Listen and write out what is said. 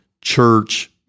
church